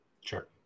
Sure